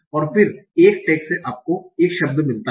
और फिर एक टैग से आपको एक शब्द मिलता है